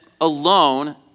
alone